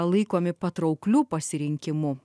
laikomi patraukliu pasirinkimu